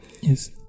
Yes